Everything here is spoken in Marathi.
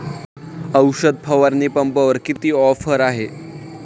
औषध फवारणी पंपावर किती ऑफर आहे?